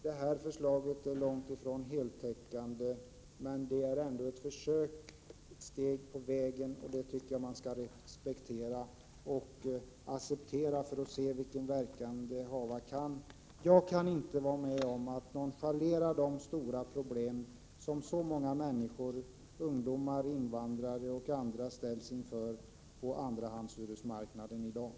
Det här förslaget är långt ifrån heltäckande, men det är ändå ett försök, ett steg på vägen, och det tycker jag man skall respektera och acceptera för att se vilken verkan det hava kan. Jag kan inte vara med om att nonchalera de stora problem som så många människor — ungdomar och invandrare och andra — i dag ställs inför på Prot. 1987/88:130 andrahandshyresmarknaden.